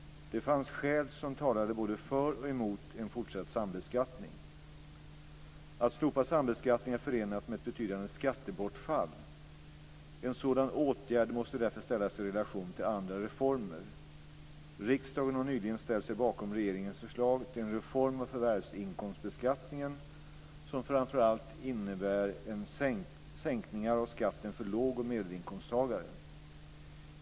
Det fanns skäl som talade både för och emot en fortsatt sambeskattning. Att slopa sambeskattningen är förenat med ett betydande skattebortfall. En sådan åtgärd måste därför ställas i relation till andra reformer. Riksdagen har nyligen ställt sig bakom regeringens förslag till en reform av förvärvsinkomstbeskattningen som framför allt innebär sänkningar av skatten för låg och medelinkomsttagare.